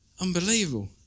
Unbelievable